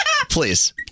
Please